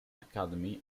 academy